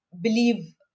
believe